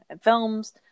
Films